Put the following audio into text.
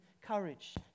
courage